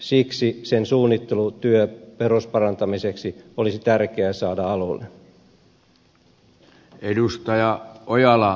siksi sen suunnittelutyö perusparantamiseksi olisi tärkeää saada alulle